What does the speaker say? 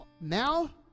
Now